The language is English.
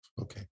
Okay